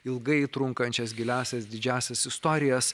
ilgai trunkančias giliąsias didžiąsias istorijas